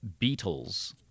Beatles